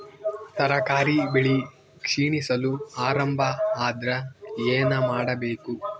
ತರಕಾರಿ ಬೆಳಿ ಕ್ಷೀಣಿಸಲು ಆರಂಭ ಆದ್ರ ಏನ ಮಾಡಬೇಕು?